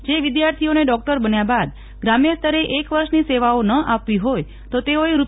જે વિદ્યાર્થીઓને ડોક્ટર બન્યા બાદ ગ્રામ્ય સ્તરે એક વર્ષની સેવાઓ ન આપવી હોય તો તેઓએ રૂ